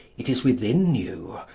it is within you,